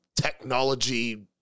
technology